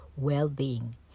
well-being